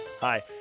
hi